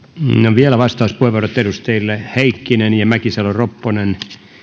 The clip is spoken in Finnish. vielä vastauspuheenvuorot edustajille heikkinen ja mäkisalo ropponen